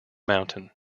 mountain